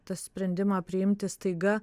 tą sprendimą priimti staiga